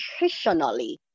nutritionally